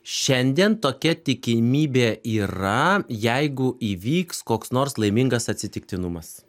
šiandien tokia tikimybė yra jeigu įvyks koks nors laimingas atsitiktinumas